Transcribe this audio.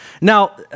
Now